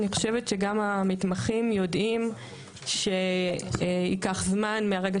אני חושבת שגם המתמחים יודעים שייקח זמן מהרגע